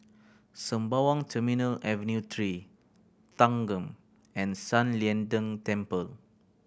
Sembawang Terminal Avenue Three Thanggam and San Lian Deng Temple